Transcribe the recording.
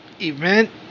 event